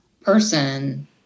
person